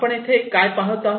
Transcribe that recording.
आपण येथे काय पहात आहोत